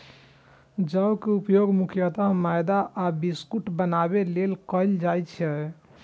जौ के उपयोग मुख्यतः मैदा आ बिस्कुट बनाबै लेल कैल जाइ छै